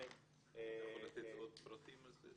אתה יכול לתת עוד פרטים על זה?